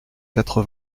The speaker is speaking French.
quatre